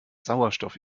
sauerstoff